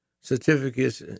certificates